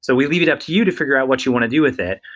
so we leave it up to you to figure out what you want to do with it.